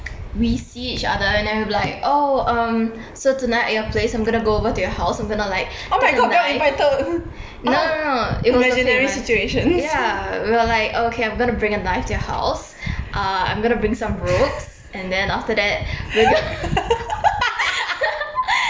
we see each other and then we be like oh um so tonight at your place I'm gonna to go over to your house I'm gonna like take a knife no no no it was okay with us yeah we were like okay I'm gonna bring a knife to your house uh I'm going to bring some ropes and then after that w~